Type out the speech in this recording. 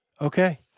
Okay